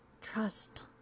Trust